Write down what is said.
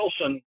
Wilson